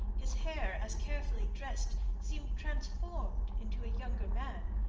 his hair as carefully dressed, seemed transformed into a younger man.